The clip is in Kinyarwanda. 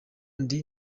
ndi